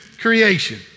creation